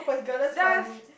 regardless funny